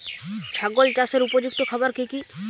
ছাগল চাষের উপযুক্ত খাবার কি কি?